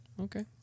Okay